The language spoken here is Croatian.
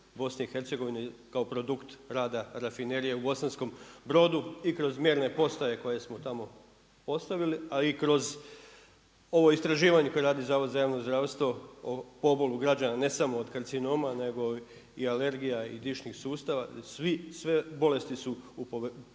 kao produkt rada rafinerije u Bosanskom Brodu i kroz mjerne postaje koje smo tamo postavili, a i kroz ovo istraživanje koje radi Zavod za javno zdravstvo o pobolu građana ne samo od karcinoma, nego i alergija i dišnih sustava. Sve bolesti su u porastu.